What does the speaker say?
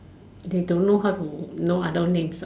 they don't know how to know other names